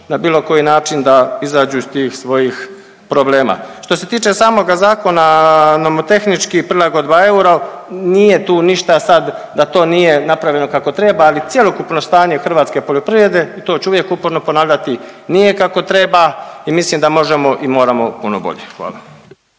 na bilo koji način da izađu iz tih svojih problema. Što se tiče samo zakona nomotehnički, prilagodba euro, nije tu ništa sa da to nije napravljeno kako treba, ali cjelokupno stanje hrvatske poljoprivrede i to ću uvijek uporno ponavljati, nije kako treba i mislim da možemo i moramo puno bolje. Hvala.